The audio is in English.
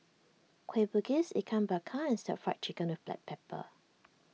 Kueh Bugis Ikan Bakar and Stir Fry Chicken with Black Pepper